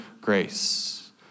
grace